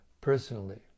personally